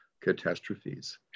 catastrophes